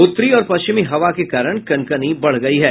उत्तरी और पश्चिमी हवा के कारण कनकनी बढ़ गयी है